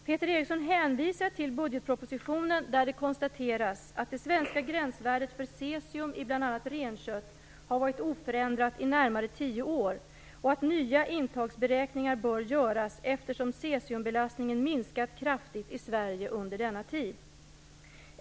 Peter Eriksson hänvisar till budgetpropositionen, där det konstateras att det svenska gränsvärdet för cesium i bl.a. renkött har varit oförändrat i närmare tio år och att nya intagsberäkningar bör göras, eftersom cesiumbelastningen minskat kraftigt i Sverige under denna tid.